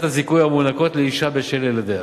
לנקודות הזיכוי הניתנות לאשה בשל ילדיה.